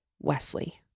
Wesley